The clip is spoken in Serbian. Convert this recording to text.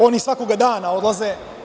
Oni svakoga dana odlaze.